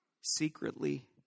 secretly